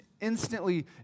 instantly